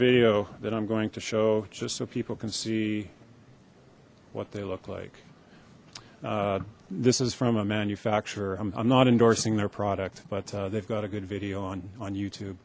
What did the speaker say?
video that i'm going to show just so people can see what they look like this is from a manufacturer i'm not endorsing their product but they've got a good video on on you